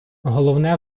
головне